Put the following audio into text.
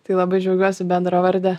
tai labai džiaugiuosi bendravarde